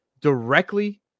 directly